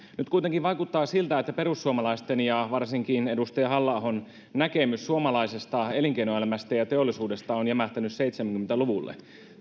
nyt kuitenkin vaikuttaa siltä että perussuomalaisten ja varsinkin edustaja halla ahon näkemys suomalaisesta elinkeinoelämästä ja teollisuudesta on jämähtänyt seitsemänkymmentä luvulle